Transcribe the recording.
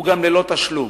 הוא ללא תשלום.